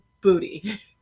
booty